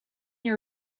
when